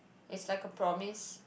it's like a promise